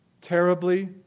terribly